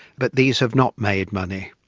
but these have not made money,